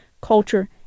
culture